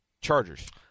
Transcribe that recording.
Chargers